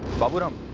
baburam